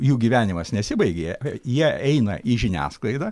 jų gyvenimas nesibaigė jie eina į žiniasklaidą